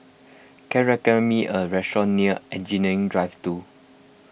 can recommend me a restaurant near Engineering Drive two